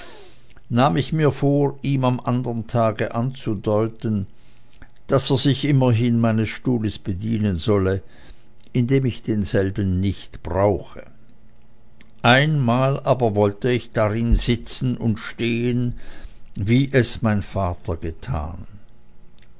nahm ich mir vor ihm am andern tage anzudeuten daß er sich immerhin meines stuhles bedienen solle indem ich denselben nicht brauche einmal aber wollte ich darin sitzen und stehen wie es mein vater getan